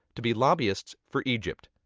to be lobbyists for egypt.